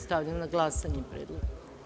Stavljam na glasanje predlog.